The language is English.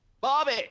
Bobby